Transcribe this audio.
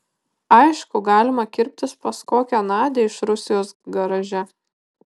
aišku galima kirptis pas kokią nadią iš rusijos garaže